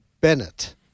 Bennett